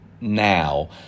now